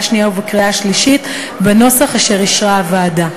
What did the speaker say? שנייה ובקריאה שלישית בנוסח אשר אישרה הוועדה.